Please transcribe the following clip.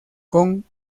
con